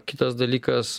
kitas dalykas